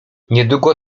niedługo